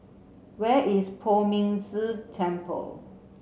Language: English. where is Poh Ming Tse Temple